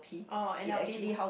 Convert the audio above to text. orh N_L_P